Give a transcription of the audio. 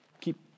keep